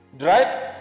right